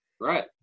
Right